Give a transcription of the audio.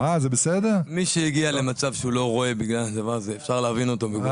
מי שהגיע למצב שהוא לא רואה, אפשר להבין אותו.